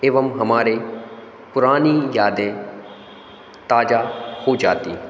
एवं हमारे पुरानी यादें ताजा हो जातीं